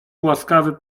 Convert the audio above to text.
łaskawy